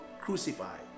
crucified